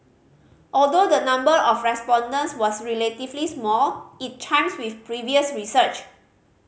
although the number of respondents was relatively small it chimes with previous research